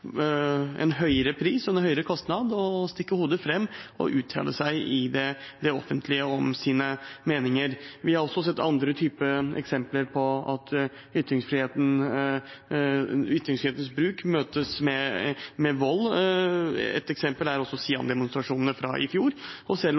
en høyere pris og en høyere kostnad å stikke hodet fram og uttale seg i det offentlige om sine meninger. Vi har også sett andre eksempler på at ytringsfrihetens bruk møtes med vold. Ett eksempel er